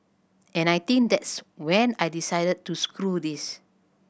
and I think that's when I decided to screw this